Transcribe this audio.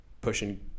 pushing